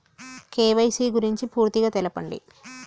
KYC గురించి పూర్తిగా తెలపండి?